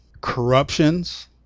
corruptions